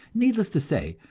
needless to say,